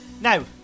Now